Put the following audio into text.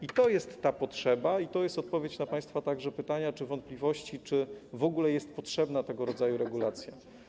I to jest ta potrzeba, i to jest odpowiedź także na państwa pytania czy wątpliwości, czy w ogóle jest potrzebna tego rodzaju regulacja.